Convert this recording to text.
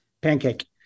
pancake